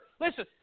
Listen